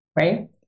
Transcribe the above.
right